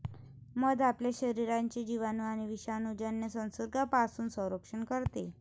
मध आपल्या शरीराचे जिवाणू आणि विषाणूजन्य संसर्गापासून संरक्षण करते